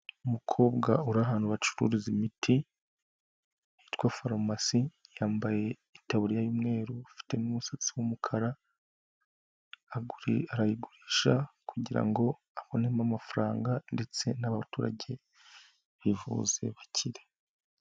Umukobwa uri ahantu bacuruza imiti hitwa farumasi, yambaye itaburiya y'umweru ufite umusatsi w'umukara, arayigurisha kugira ngo abonemo amafaranga ndetse n'abaturage bivuze bakire.